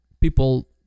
people